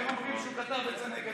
אל הרוויזיוניסטים.